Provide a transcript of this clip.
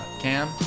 Cam